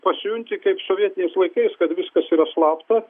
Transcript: pasijunti kaip sovietiniais laikais kad viskas yra slapta